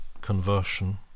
conversion